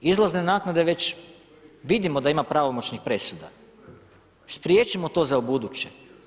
Izlazne naknade već vidimo da ima pravomoćnih presuda, spriječimo to za ubuduće.